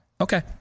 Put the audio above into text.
Okay